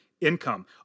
income